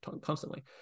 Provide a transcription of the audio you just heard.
constantly